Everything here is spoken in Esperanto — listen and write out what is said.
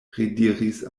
rediris